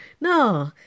No